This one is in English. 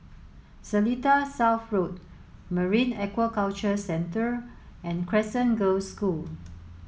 Seletar South Road Marine Aquaculture Centre and Crescent Girls' School